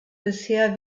bisher